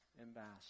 ambassador